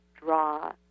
draw